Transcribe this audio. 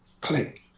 click